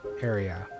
area